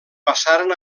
passaren